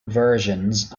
versions